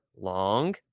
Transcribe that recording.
long